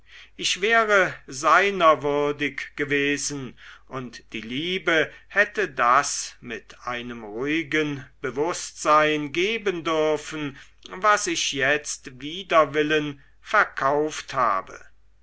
ich wäre seiner würdig gewesen und die liebe hätte das mit einem ruhigen bewußtsein geben dürfen was ich jetzt wider willen verkauft habe